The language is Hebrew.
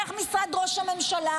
דרך משרד ראש הממשלה,